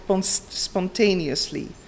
spontaneously